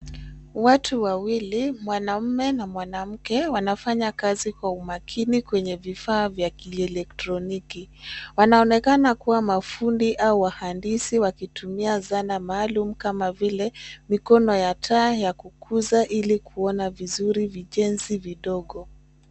Watu wawili, mwanaume na mwanamke wanafanya kazi kwa umakini kwenye vifaa vya kielektroniki. Wanaoenekana kuwa mafundi au wahandisi wakitumia zana maalum kama vile mikono ya taa ya kukuza ilikuona vizuri vijensi vidogo.